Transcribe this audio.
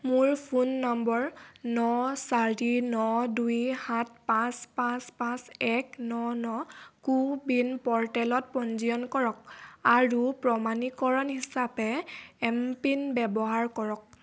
মোৰ phone number ন চাৰি ন দুই সাত পাঁচ পাঁচ পাঁচ এক ন ন কো ৱিন প'ৰ্টেলত পঞ্জীয়ন কৰক আৰু প্ৰমাণীকৰণ হিচাপে এমপিন ব্যৱহাৰ কৰক